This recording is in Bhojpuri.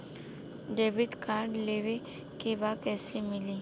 डेबिट कार्ड लेवे के बा कईसे मिली?